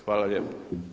Hvala lijepo.